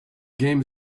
game